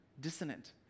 dissonant